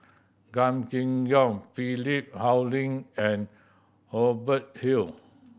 Gan Kim Yong Philip Hoalim and Hubert Hill